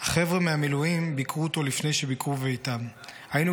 חבר'ה מהמילואים ביקרו אותו לפני שביקרו בביתם / היינו